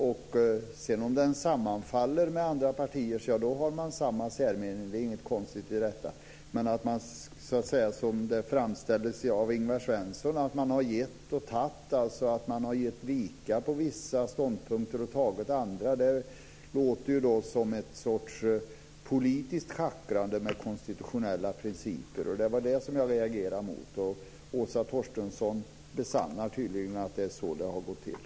Om den sedan sammanfaller med andra partiers, har man samma särmening. Det är inget konstigt med det. Men som det framställdes av Ingvar Svensson har man givit och tagit och givit vika på vissa ståndpunkter och stått för andra. Det låter som ett slags politiskt schackrande med konstitutionella principer. Det var det som jag reagerade mot, och Åsa Torstensson besannar tydligen att det är så det har gått till.